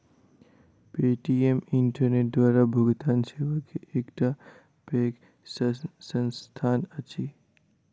Paytm internet द्वारा भुगतान सेवा के एकटा पैघ संस्थान अछि